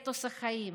אתוס החיים.